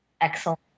excellent